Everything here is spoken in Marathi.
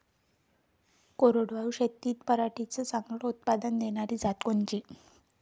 कोरडवाहू शेतीत पराटीचं चांगलं उत्पादन देनारी जात कोनची?